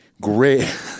great